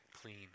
clean